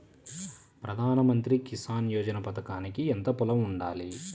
ప్రధాన మంత్రి కిసాన్ యోజన పథకానికి ఎంత పొలం ఉండాలి?